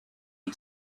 you